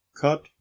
cut